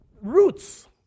roots